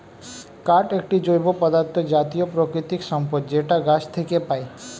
কাঠ একটি জৈব পদার্থ জাতীয় প্রাকৃতিক সম্পদ যেটা গাছ থেকে পায়